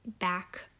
back